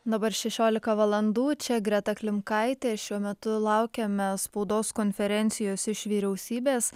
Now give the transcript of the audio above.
dabar šešiolika valandų čia greta klimkaitė šiuo metu laukiame spaudos konferencijos iš vyriausybės